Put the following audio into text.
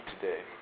today